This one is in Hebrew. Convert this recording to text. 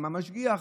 אם המשגיח,